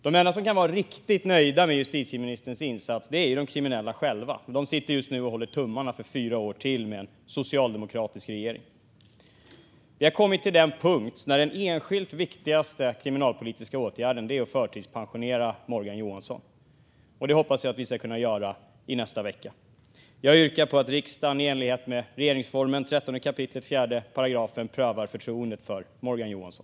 De enda som kan vara riktigt nöjda med justitieministerns insats är de kriminella själva, och de sitter just nu och håller tummarna för fyra år till med en socialdemokratisk regering. Vi har kommit till den punkt när den enskilt viktigaste kriminalpolitiska åtgärden är att förtidspensionera Morgan Johansson, och det hoppas jag att vi ska kunna göra i nästa vecka. Jag yrkar på att riksdagen i enlighet med 13 kap. 4 § regeringsformen prövar förtroendet för Morgan Johansson.